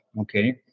okay